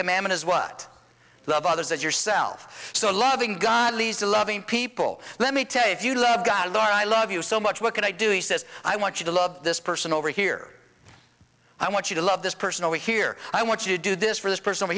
commandment is what love others as yourself so loving god leads to loving people let me tell you if you love god or i love you so much what can i do he says i want you to love this person over here i want you to love this person over here i want you to do this for this person